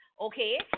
okay